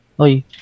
Oi